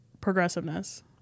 Progressiveness